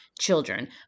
children